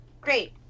Great